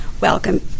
Welcome